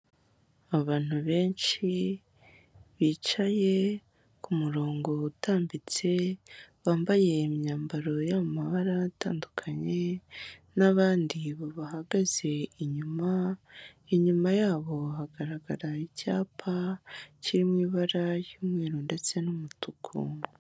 Abantu benshi bicaye ku murongo utambitse, bambaye imyambaro yo mu mabara atandukanye n'abandi babahagaze inyuma, inyuma yabo hagaragara icyapa, kiri mu ibara ry'umweru ndetse n'umutuku.